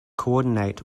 coordinate